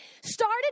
started